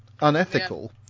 unethical